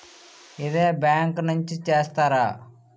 ఇదే బ్యాంక్ నుంచి చేస్తారా?